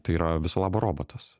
tai yra viso labo robotas